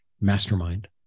mastermind